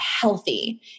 healthy